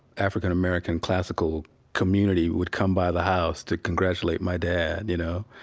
african-american classical community would come by the house to congratulate my dad, you know,